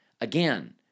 Again